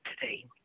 today